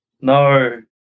No